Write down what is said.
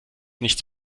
nichts